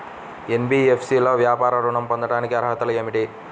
NBFC లో వ్యాపార ఋణం పొందటానికి అర్హతలు ఏమిటీ?